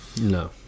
no